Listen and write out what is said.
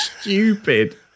stupid